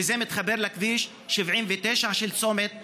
וזה מתחבר לכביש 79 של צומת עילוט.